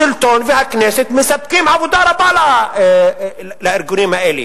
השלטון והכנסת מספקים עבודה רבה לארגונים האלה.